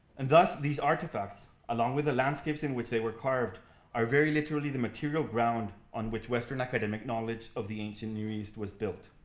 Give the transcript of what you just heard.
and thus, these artifacts along with the landscapes in which they were carved are very literally the material ground on which western academic knowledge of the ancient near east was built.